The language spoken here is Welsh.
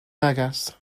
neges